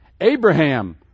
Abraham